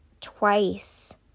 twice